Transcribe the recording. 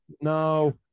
No